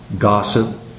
Gossip